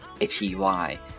H-E-Y